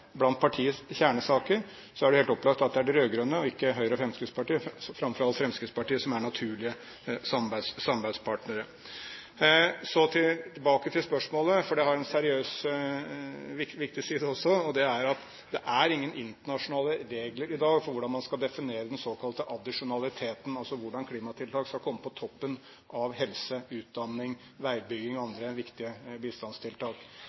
blant partiets kjernesaker, er det helt opplagt at det er de rød-grønne og ikke Høyre og Fremskrittspartiet – framfor alt Fremskrittspartiet – som er naturlige samarbeidspartnere. Så tilbake til spørsmålet, for det har også en seriøs og viktig side. Det er ingen internasjonale regler i dag for hvordan man skal definere den såkalte addisjonaliteten, altså hvordan klimatiltak skal komme på toppen av helse, utdanning, veibygging og andre viktige bistandstiltak.